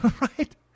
right